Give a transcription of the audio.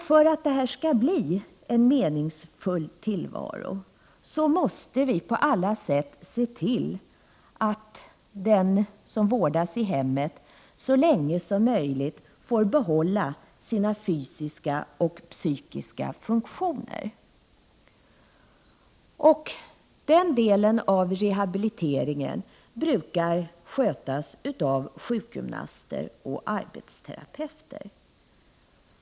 För att åstadkomma en meningsfull tillvaro måste vi på alla sätt se till att den som vårdas i hemmet så länge som möjligt får behålla sina fysiska och psykiska funktioner. Den delen av rehabiliteringen brukar skötas av sjukgymnaster och arbetsterapeuter.